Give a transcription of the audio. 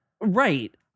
Right